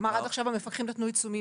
הוא אמר עד עכשיו המפקחים נתנו עיצומים